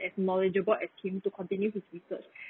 as knowledgeable as him to continue his research